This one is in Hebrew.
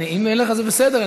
אם מלך אז זה בסדר.